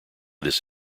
this